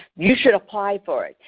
you should apply for it.